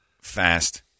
fast